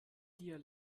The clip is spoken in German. dir